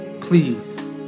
please